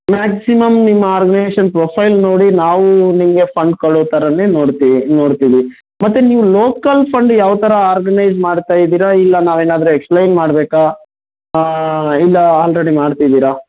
maximum ನಿಮ್ಮ organisation profile ನೋಡಿ ನಾವು ನಿಮಗೆ ಫಂಡ್ ಕೊಡೊ ಥರವೇ ನೊಡ್ತೀವಿ ನೊಡ್ತೀವಿ ಮತ್ತು ನೀವು ಲೋಕಲ್ ಫಂಡ್ ಯಾವ ಥರ ಆರ್ಗನೈಜ್ ಮಾಡ್ತಾ ಇದ್ದೀರೋ ಇಲ್ಲ ನಾವೇನಾದ್ರೂ ಎಕ್ಸ್ಪ್ಲೈನ್ ಮಾಡಬೇಕಾ ಇಲ್ಲ ಆಲ್ರೆಡಿ ಮಾಡ್ತಿದ್ದೀರಾ